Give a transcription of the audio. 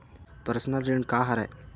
Personal ऋण का हरय?